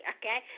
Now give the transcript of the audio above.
okay